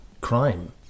crime